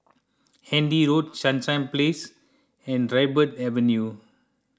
Handy Road Sunshine Place and Dryburgh Avenue